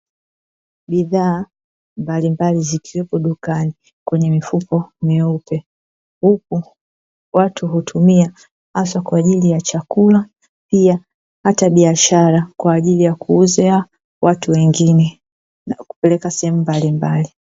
Bidhaa mbalimbali zikiwepo dukani kwenye mifuko myeupe, huku watu hutumia hasa kwa ajili ya chakula pia hata biashara kwa ajili ya kuuzia watu wengine na kupeleka sehemu mbalimbali.